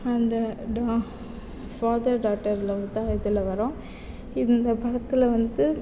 அந்த daughter father daughter தான் இதில் வரும் இந்த படத்தில் வந்து